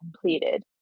completed